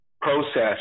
process